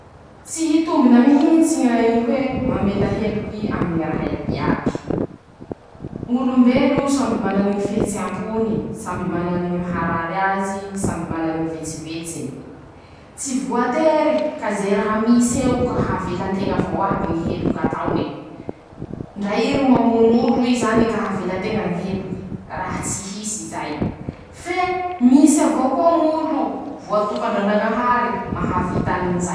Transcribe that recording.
Tsy hitombina mihintsy ñny hoe mamela heloky aminy ñy raha iabiaby, ñ'olombelo samby mana ñy fihetseham-pony, samby mana ñy maharary azy, samby mana ñy vetsevetsiny, tsy voa tery ka ze raha mis'eo ka havela nteña avao iaby ñy heloky ataone, ndra ii ro mamono olo ii zany ka havela nteña ñy heloky, raha tsy hisy zay, fe misy avao koa ñ'olo voataka ndranañahary mahavita an <...>.